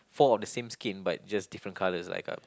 four of the same skin but just different colours like uh